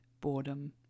boredom